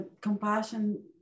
compassion